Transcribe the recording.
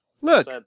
Look